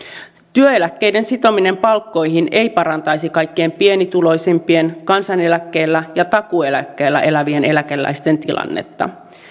työeläkkeiden sitominen palkkoihin ei parantaisi kaikkein pienituloisimpien kansaneläkkeellä ja takuueläkkeellä elävien eläkeläisten tilannetta